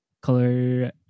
color